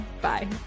Bye